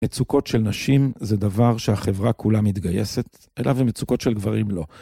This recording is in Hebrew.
מצוקות של נשים זה דבר שהחברה כולה מתגייסת אליו, ומצוקות של גברים לא.